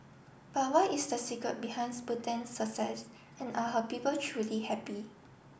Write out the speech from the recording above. but what is the secret behinds Bhutan's success and are her people truly happy